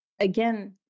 again